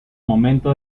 momento